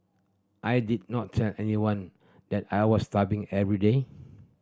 I did not tell anyone that I was starving every day